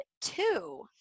two